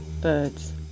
birds